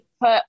put